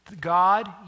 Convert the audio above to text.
God